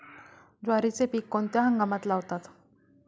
ज्वारीचे पीक कोणत्या हंगामात लावतात?